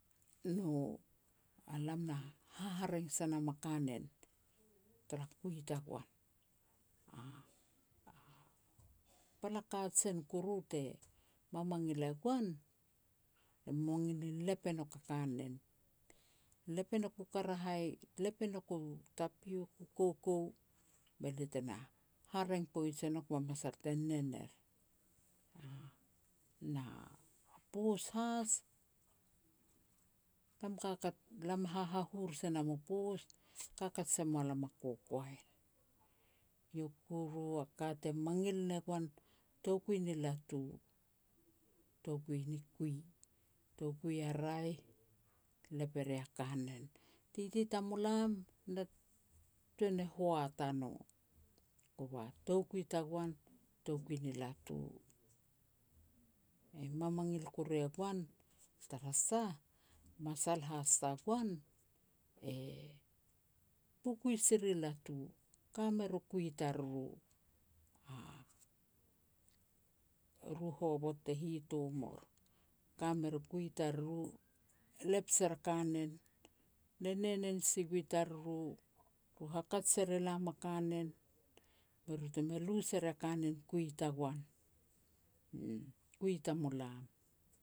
a lam na hahareng se nam a kanen tara kui tagoan. Pal a kajen koru te mamangil e goan, lia mangil ni lep e nouk a kanen. Lep e nouk u karahai, lep e nouk u tapiok u koukou, be lia tena hareng poij e nouk, ba masal te nen er, uuh. Na poos has, lam kakat, lam hahahur se nam u poos, kakat se mua lam a kokoen. Iau kuru a ka te mangil ne goan toukui ni latu, toukui ni kui, toukui a raeh, lep e ria kanen. Titi tamulam na tuan ni hoat a no, kova toukui tagoan toukui ni latu. E mamangil kuru e goan, tarasah a masal has tagoan, e kukui si ri latu, ka mer u kui tariru. Eru hovot te hitom or, ka mer u kui tariru,e lep ser a kanen, lia nenen si gui tariru, ru hakat ser elam a kanen, be ru te me lu se ria kanen kui tagoan, uum kui tamulam.